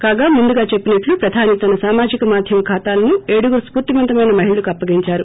కాగా ముందుగా చెప్పినట్లు ప్రధాని తన సామాజిక మాధ్యమ ఖాతాలను ఏడుగురు స్ఫూర్తిమంతమైన మహిళలకు అప్పగించారు